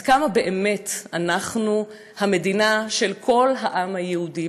עד כמה באמת אנחנו המדינה של כל העם היהודי.